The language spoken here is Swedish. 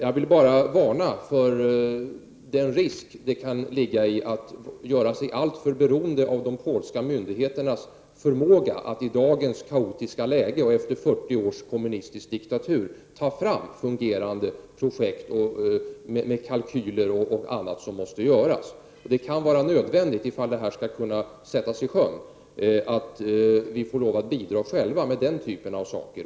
Jag vill bara varna för den risk det kan innebära att göra sig alltför beroende av de polska myndigheternas förmåga att i dagens kaotiska läge och efter 40 års kommunistisk diktatur ta fram fungerande projekt med kalkyler och annat. Om detta så att säga skall kunna sättas i sjön kan det vara nödvändigt att vi själva bidrar med den typen av saker.